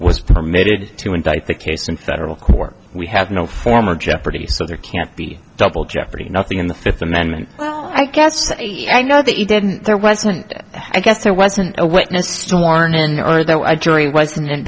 was permitted to indict the case in federal court we have no former jeopardy so there can't be double jeopardy nothing in the fifth amendment i guess i know that you didn't there wasn't i guess there wasn't a witness to warn an order though i jury wasn't